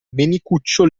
menicuccio